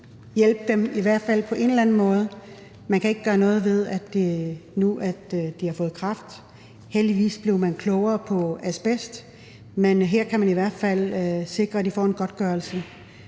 hjælpe dem i hvert fald på en eller anden måde. Man kan ikke gøre noget ved, at de nu har fået kræft. Heldigvis blev man klogere på asbest. Men her kan man i hvert fald sikre, at de får en godtgørelse